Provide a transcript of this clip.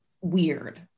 weird